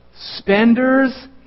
Spenders